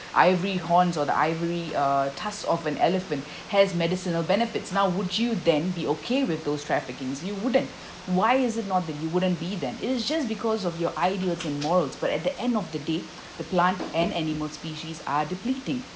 ivory horns or the ivory uh tusk of an elephant has medicinal benefits now would you then be okay with those trafficking you wouldn't why is it not that you wouldn't be then it is just because of your ideas and morals but at the end of the day the plant and animal species are depleting